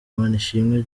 manishimwe